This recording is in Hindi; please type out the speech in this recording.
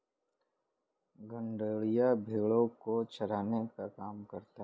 गड़ेरिया भेड़ो को चराने का काम करता है